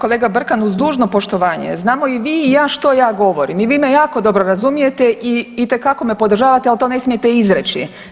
Kolega Brkan uz dužno poštovanje znamo i vi i ja što ja govorim i vi me jako dobro razumijete i itekako me podržavate, ali to ne smijete izreći.